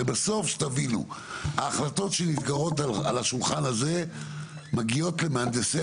הרי בסוף ההחלטות שנסגרות על השולחן הזה מגיעות למהנדסי